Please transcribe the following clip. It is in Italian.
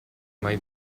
mai